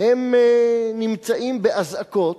הם נמצאים באזעקות,